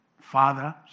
Father